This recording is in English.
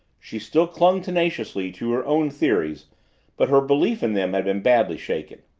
she still clung tenaciously to her own theories but her belief in them had been badly shaken.